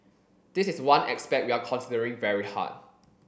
this is one aspect we are considering very hard